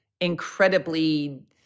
incredibly